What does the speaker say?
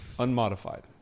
Unmodified